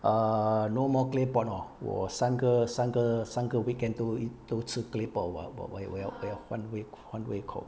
err no more clay pot hor 我三个三个三个 weekend 都一都吃 clay pot [what] 我我我要换味换味口